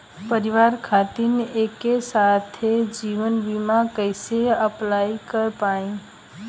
परिवार खातिर एके साथे जीवन बीमा कैसे अप्लाई कर पाएम?